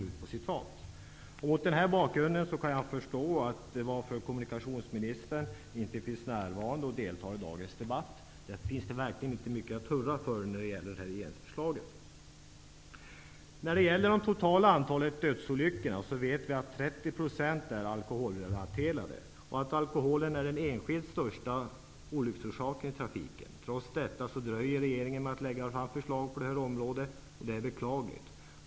Mot den bakgrunden kan jag förstå varför kommunikationsministern inte deltar i dagens debatt. Det finns ju verkligen inte mycket att hurra för när det gäller det här regeringsförslaget. I fråga om det totala antalet dödsolyckor vet vi att 30 % av dessa är alkoholrelaterade och att alkoholen är den enskilt största olycksorsaken i trafiken. Trots det dröjer regeringen med att lägga fram förslag på detta område. Det är beklagligt.